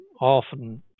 often